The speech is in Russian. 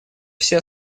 все